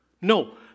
No